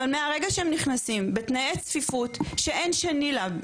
אבל מהרגע שהם נכנסים בתנאי צפיפות שאין שני לה,